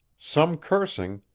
some cursing,